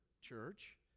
church